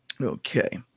Okay